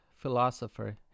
philosopher